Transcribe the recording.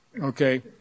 okay